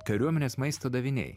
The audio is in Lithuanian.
kariuomenės maisto daviniai